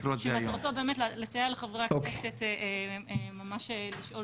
שמטרתו לסייע לחברי הכנסת ממש לשאול